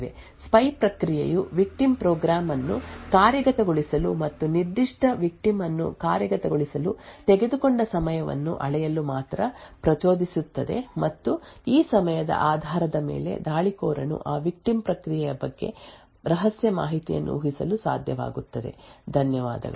spy ಪ್ರಕ್ರಿಯೆಯು victim program ಅನ್ನು ಕಾರ್ಯಗತಗೊಳಿಸಲು ಮತ್ತು ನಿರ್ದಿಷ್ಟ ಬಲಿಪಶುವನ್ನು ಕಾರ್ಯಗತಗೊಳಿಸಲು ತೆಗೆದುಕೊಂಡ ಸಮಯವನ್ನು ಅಳೆಯಲು ಮಾತ್ರ ಪ್ರಚೋದಿಸುತ್ತದೆ ಮತ್ತು ಈ ಸಮಯದ ಆಧಾರದ ಮೇಲೆ ದಾಳಿಕೋರನು ಆ ವಿಕ್ಟಿಮ್ ಪ್ರಕ್ರಿಯೆಯ ಬಗ್ಗೆ ರಹಸ್ಯ ಮಾಹಿತಿಯನ್ನು ಊಹಿಸಲು ಸಾಧ್ಯವಾಗುತ್ತದೆ ಧನ್ಯವಾದಗಳು